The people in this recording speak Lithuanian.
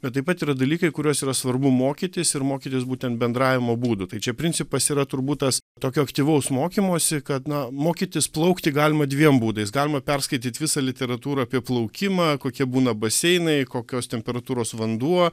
bet taip pat yra dalykai kuriuos yra svarbu mokytis ir mokytis būtent bendravimo būdu tai čia principas yra turbūt tas tokio aktyvaus mokymosi kad na mokytis plaukti galima dviem būdais galima perskaityt visą literatūrą apie plaukimą kokie būna baseinai kokios temperatūros vanduo